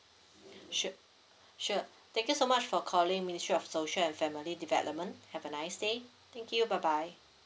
sure sure thank you so much for calling ministry of social and family development have a nice day thank you bye bye